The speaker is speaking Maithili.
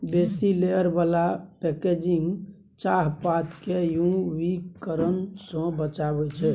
बेसी लेयर बला पैकेजिंग चाहपात केँ यु वी किरण सँ बचाबै छै